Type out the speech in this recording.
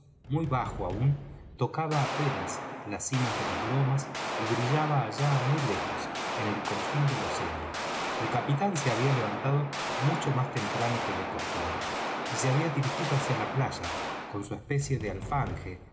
muy bajo aún tocaba apenas las cimas de las lomas y brillaba allá muy lejos en el confín del océano el capitán se había levantado mucho más temprano que de costumbre y se había dirijido hacia la playa con su especie de alfange colgando bajo los